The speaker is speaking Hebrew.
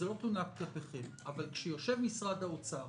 זו לא תלונה כלפיכם אבל כשיושב משרד האוצר